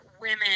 women